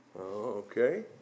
Okay